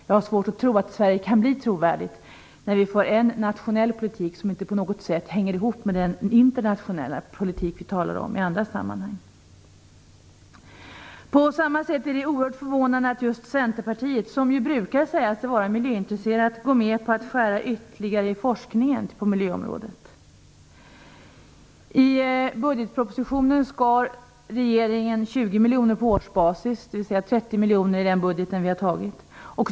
Jag har svårt att tro att Sverige kan bli trovärdigt om vår nationella politik inte på något sätt hänger ihop med den internationella politik som vi talar om i andra sammanhang. På samma sätt är det oerhört förvånande att just Centerpartiet, som ju brukar säga sig vara miljöintresserat, går med på att skära ytterligare i bidragen till forskning på miljöområdet. I budgetpropositionen skar regeringen 20 miljoner på årsbasis, dvs. 30 miljoner i den budget vi har antagit.